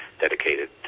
dedicated